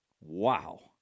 Wow